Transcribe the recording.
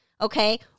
okay